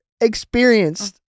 experienced